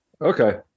Okay